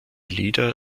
lieder